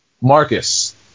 Marcus